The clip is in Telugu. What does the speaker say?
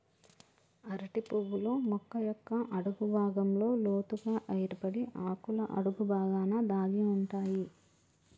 అరటి పువ్వులు మొక్క యొక్క అడుగు భాగంలో లోతుగ ఏర్పడి ఆకుల అడుగు బాగాన దాగి ఉంటాయి